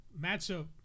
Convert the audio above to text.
matchup